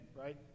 Right